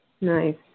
Nice